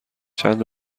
چند